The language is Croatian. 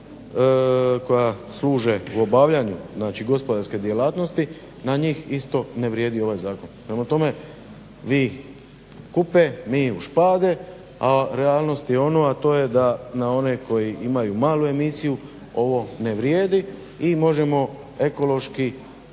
koja služe u obavljanju znači gospodarske djelatnosti na njih isto ne vrijedi ovaj zakon. Prema tome, vi kupe mi u špage a realnost je ono a to je da na one koji imaju malu emisiju ovo ne vrijedi i možemo ekološki